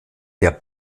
der